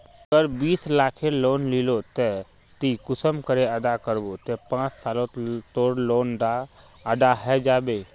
अगर बीस लाखेर लोन लिलो ते ती कुंसम करे अदा करबो ते पाँच सालोत तोर लोन डा अदा है जाबे?